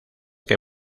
que